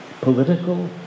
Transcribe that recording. Political